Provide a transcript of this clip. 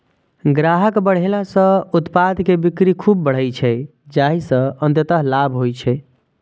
ग्राहक बढ़ेला सं उत्पाद के बिक्री खूब बढ़ै छै, जाहि सं अंततः लाभ होइ छै